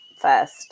first